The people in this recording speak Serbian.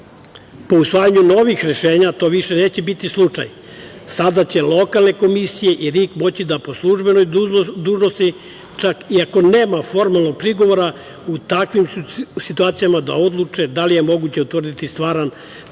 usvajanju novih rešenja to više neće biti slučaj. Sada će lokalne komisije i RIK moći da po službenoj dužnosti, čak i ako nema formalnog prigovora u takvim situacijama, da odluče da li je moguće utvrdi stvaran, tačan